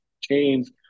chains